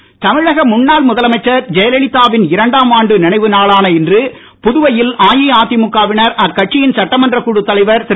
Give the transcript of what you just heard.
ஜெயல லிதா தமிழக முன்னாள் முதலமைச்சர் ஜெயலலிதா வின் இரண்டாம் ஆண்டு நினைவுநாளான இன்று புதுவையில் அஇஅதிமுகவினர் அக்கட்சியின் சட்டமன்றக் குழுத் தலைவர் திரு